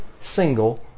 single